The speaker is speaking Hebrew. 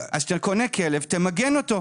אז כשאתה קונה כלב תמגן אותו.